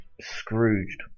Scrooged